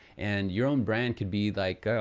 and your own brand could be like,